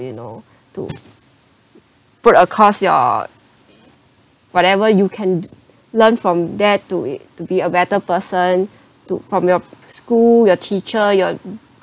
you know to put across your whatever you can learn from there to to be a better person to from your school your teacher your